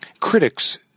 Critics